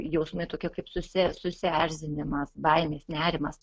jausmai tokie kaip susi susierzinimas baimės nerimas